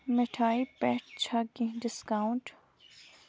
مِٹھایہِ پٮ۪ٹھ چھا کینٛہہ ڈسکاونٹ